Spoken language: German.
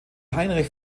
heinrich